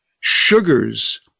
sugars